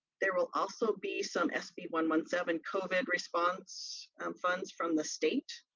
there will also be some s b one one seven covid response funds from the state.